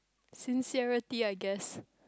sincerity I guess